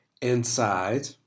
inside